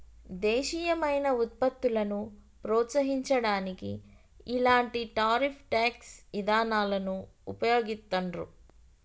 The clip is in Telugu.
దేశీయమైన వుత్పత్తులను ప్రోత్సహించడానికి ఇలాంటి టారిఫ్ ట్యేక్స్ ఇదానాలను వుపయోగిత్తండ్రు